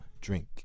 drink